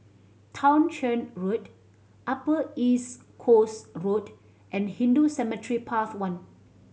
Townshend Road Upper East Coast Road and Hindu Cemetery Path One